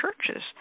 churches